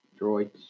droids